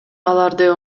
аларды